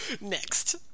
Next